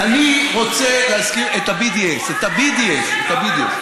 את ה-BDS, את ה-BDS.